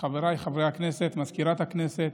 חבריי חברי הכנסת, מזכירת הכנסת,